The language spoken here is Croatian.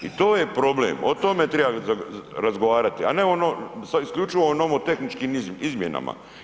I to je problem o tome treba razgovarati, a ne isključivo o nomotehničkim izmjenama.